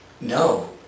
No